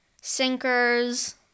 sinkers